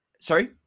Sorry